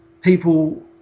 people